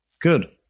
Good